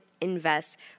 Invest